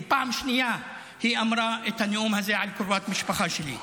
פעם שנייה היא אמרה את הנאום הזה על קרובת משפחה שלי.